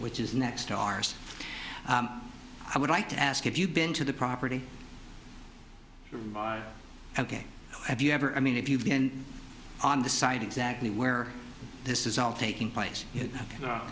which is next to ours i would like to ask if you've been to the property ok have you ever i mean if you've been on this site exactly where this is all taking place